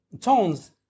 tones